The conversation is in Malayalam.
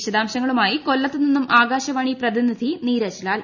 വിശദാംശങ്ങളുമായി കൊല്ലത്തു നിന്നും ആകാശവാണി പ്രതിനിധി നീരജ് ലാൽ